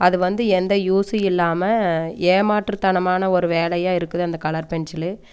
அது வந்து எந்த யூஸ்ஸும் இல்லாமல் ஏமாற்றுத்தனமான ஒரு வேலையாக இருக்குது அந்த கலர் பென்சிலு